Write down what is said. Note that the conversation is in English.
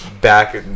back